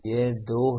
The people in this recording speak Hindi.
ये दो हैं